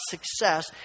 success